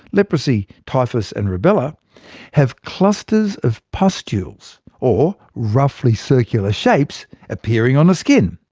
leprosy, typhus and rubella have clusters of pustules or roughly circular shapes appearing on the skin.